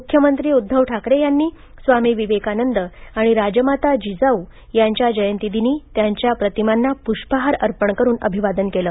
मुख्यमंत्री उद्धव ठाकरे यांनी स्वामी विवेकानंद आणि राजमाता जिजाऊ यांच्या जयंतीदिनी त्यांच्या प्रतिमाना पुष्पहार अर्पण करून अभिवादन केल